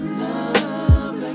love